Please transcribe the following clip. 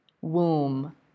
womb